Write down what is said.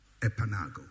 epanago